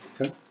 Okay